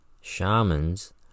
shamans